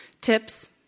TIPS